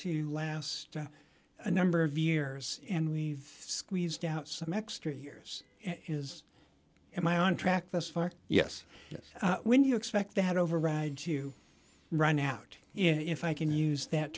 to last a number of years and we've squeezed out some extra years is am i on track thus far yes when you expect that override to run out if i can use that